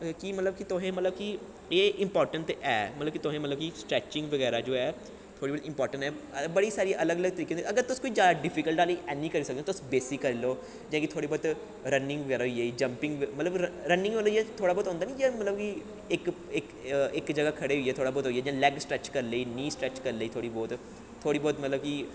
कि मतलब तुसें मतलब कि एह् इंपार्टैंट ते मतलब तुसें मतलब कि स्ट्रैचिंग बगैरा जो ऐ थोह्ड़ी मती इंपार्टैंट ऐ बड़ी सारी अलग अलग तरीके दी होंदी ऐ अगर तुस कोई जादा डिफिकल्ट आह्ली ऐनी करी सकदे तुस बेसिक करी लैओ जां कि थोह्ड़ी बौह्त रनिंग बगैरा होई गेई जंपिंग मतलब रनिंग थोह्ड़ा बौह्त होंदा निं मतलब कि इक इक इक जगह् खड़े होइयै थोह्ड़ा बौह्त होई गेआ जियां लैग स्टैच करी लेई नीह स्टैच करी लेई थोह्ड़ी बौह्त थोह्ड़ी बौह्त मतलब कि